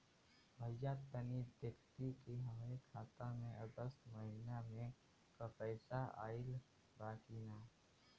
भईया तनि देखती की हमरे खाता मे अगस्त महीना में क पैसा आईल बा की ना?